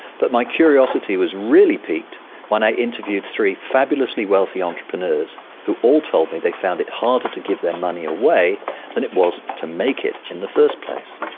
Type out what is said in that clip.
but my curiosity was really piqued when i interviewed three fabulously wealthy entrepreneurs who all told me they found it harder to give their money away that it was to make it in the first place.